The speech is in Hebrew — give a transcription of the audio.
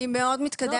זה הפתרון.